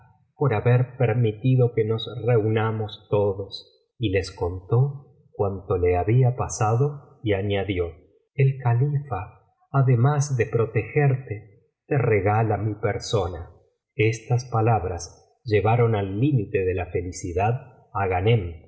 por haber permitido que nos reunamos todos y les contó cuanto le había pasado y añadió el califa adémate de protegerte te regala mi persona estas palabras llevaron al límite de la felicidad á ghanem que